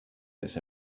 this